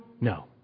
no